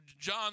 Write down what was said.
John